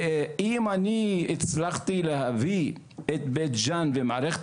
אם אני הצלחתי להביא את בית ג'אן ומערכת